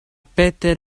peter